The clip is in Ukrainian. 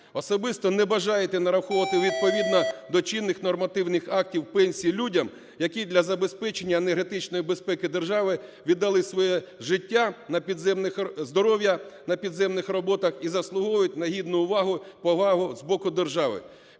особисто не бажаєте нараховувати відповідно до чинних нормативних актів пенсії людям, які для забезпечення енергетичної безпеки держави віддали своє життя на підземних... здоров'я на підземних роботах і заслуговують на гідну увагу, повагу з боку держави.